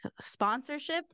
sponsorship